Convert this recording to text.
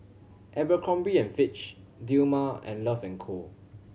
Abercrombie and Fitch Dilmah and Love and Co